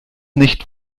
nicht